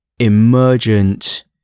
Emergent